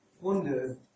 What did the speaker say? wonder